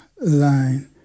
line